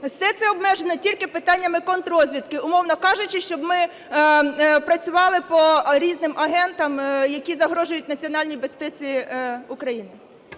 Все це обмежено тільки питаннями контррозвідки, умовно кажучи, щоб ми працювали по різним агентам, які загрожують національній безпеці України.